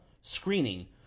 Screening